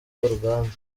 urugamba